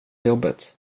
jobbet